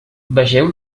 vegeu